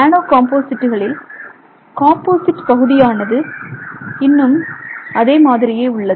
நானோ காம்போசிட்டுகளில் காம்போசிட் பகுதியானது இன்னும் அதே மாதிரியே உள்ளது